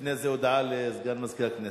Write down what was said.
לפני זה, הודעה לסגן מזכיר הכנסת.